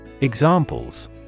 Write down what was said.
examples